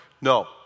No